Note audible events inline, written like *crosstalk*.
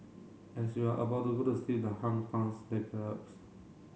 as you are about to go to sleep the *unintelligible* develops